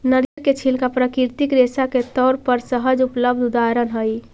नरियर के छिलका प्राकृतिक रेशा के तौर पर सहज उपलब्ध उदाहरण हई